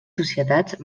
societats